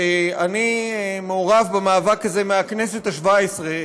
אני מעורב במאבק הזה מהכנסת השבע-עשרה.